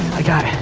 i got it.